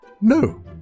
No